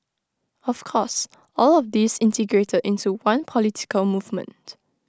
of course all of these integrated into one political movement